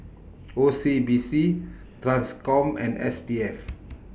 O C B C TRANSCOM and S P F